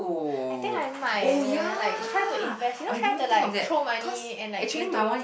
I think I might then like try to invest you know try to like throw money and like into